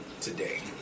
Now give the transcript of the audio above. today